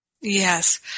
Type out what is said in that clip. yes